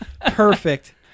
Perfect